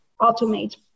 automate